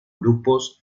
grupos